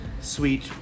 Sweet